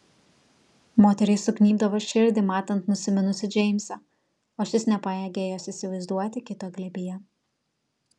moteriai sugnybdavo širdį matant nusiminusį džeimsą o šis nepajėgė jos įsivaizduoti kito glėbyje